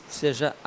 seja